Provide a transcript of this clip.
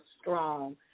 strong